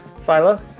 Philo